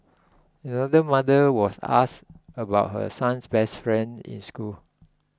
another mother was asked about her son's best friend in school